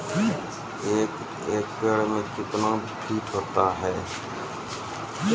एक एकड मे कितना फीट होता हैं?